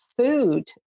food